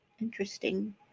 Interesting